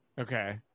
Okay